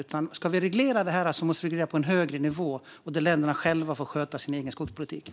Om vi ska reglera detta måste det göras på ett övergripande plan, och länderna själva måste få sköta den egna skogspolitiken.